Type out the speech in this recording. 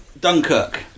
Dunkirk